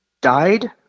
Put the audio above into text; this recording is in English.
died